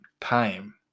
Time